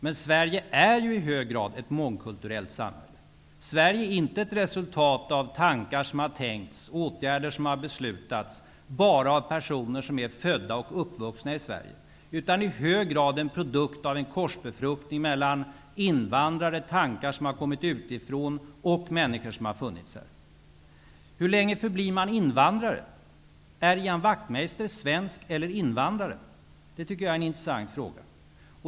Men Sverige är ju i hög grad ett mångkulturellt samhälle. Sverige är inte ett resultat av tankar som har tänkts eller åtgärder som har beslutats bara av personer som är födda och uppvuxna i Sverige, utan det är i hög grad en produkt av en korsbefruktning mellan invandrare -- tankar som har kommit utifrån -- och människor som har funnits här. Hur länge förblir man invandrare? Är Ian Wachtmeister svensk eller invandrare? Det är en intressant fråga.